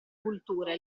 cultura